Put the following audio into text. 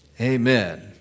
amen